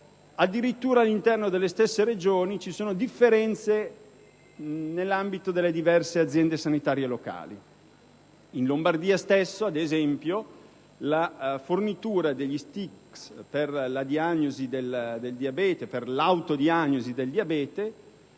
addirittura, all'intero delle stesse Regioni, vi si sono differenze nell'ambito delle diverse aziende sanitarie locali. In Lombardia, ad esempio, la fornitura degli *stick* per l'autodiagnosi del diabete